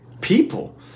people